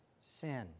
sin